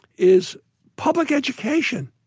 is public education.